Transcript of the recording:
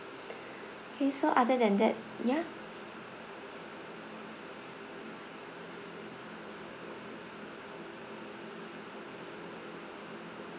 K so other than that yeah